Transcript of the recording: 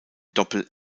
doppel